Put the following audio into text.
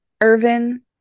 irvin